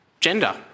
gender